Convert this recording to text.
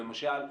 למשל,